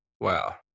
wow